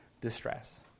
distress